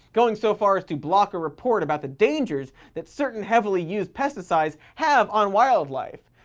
going so far as to block a report about the dangers that certain heavily-used pesticides have on wildlife.